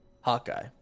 Hawkeye